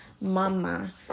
mama